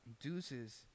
Deuces